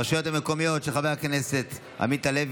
אני קובע שהצעת חוק הרשויות המקומיות של חבר הכנסת עמית הלוי